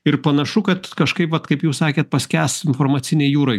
ir panašu kad kažkaip vat kaip jūs sakėt paskęs informacinėj jūroj